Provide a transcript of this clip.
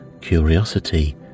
curiosity